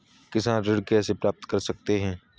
किसान ऋण कैसे प्राप्त कर सकते हैं?